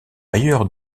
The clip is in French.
ailleurs